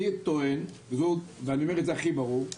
אני טוען ואני אומר את זה הכי ברור,